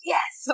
Yes